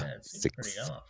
six